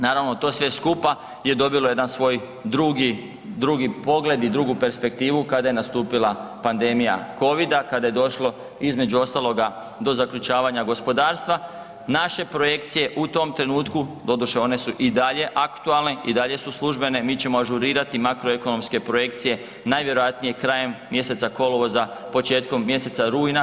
Naravno, to sve skupa je dobilo jedan svoj drugi pogled i drugu perspektivu kada je nastupila pandemija Covida, kada je došlo, između ostaloga, do zaključavanja gospodarstva, naše projekcije u tom trenutku, doduše one su i dalje aktualne, i dalje su službene, mi ćemo ažurirati makroekonomske projekcije najvjerojatnije krajem mjeseca kolovoza, početkom mjeseca rujna.